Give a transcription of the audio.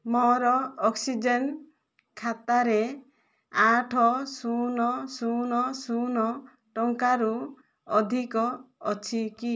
ମୋର ଅକ୍ସିଜେନ୍ ଖାତାରେ ଆଠ ଶୂନ ଶୂନ ଶୂନ ଟଙ୍କାରୁ ଅଧିକ ଅଛି କି